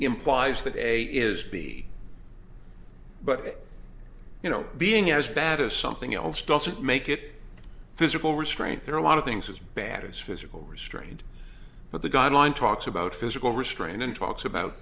implies that a is b but you know being as bad as something else doesn't make it physical restraint there are a lot of things as bad as physical restraint but the guideline talks about physical restraint and talks about